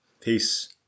Peace